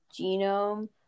genome